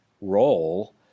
role